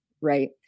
Right